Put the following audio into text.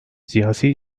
siyasi